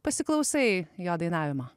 pasiklausai jo dainavimo